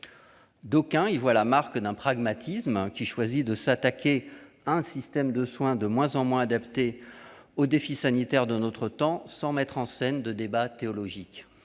D'aucuns y voient la marque d'un pragmatisme qui choisit de s'attaquer à un système de soins de moins en moins adapté aux défis sanitaires de notre temps, sans mettre en scène un débat théologique.